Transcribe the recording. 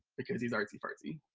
because he's artsy-fartsy.